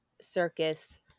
circus